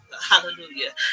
Hallelujah